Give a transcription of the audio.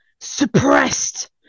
suppressed